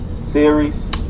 series